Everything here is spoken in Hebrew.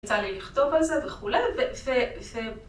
‫יצא לי לכתוב על זה וכולי, ‫וזה...